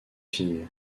filles